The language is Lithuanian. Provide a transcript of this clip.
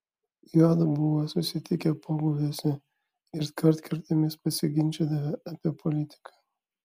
juodu buvo susitikę pobūviuose ir kartkartėmis pasiginčydavę apie politiką